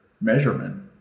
measurement